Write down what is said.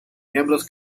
miembros